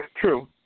True